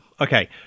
okay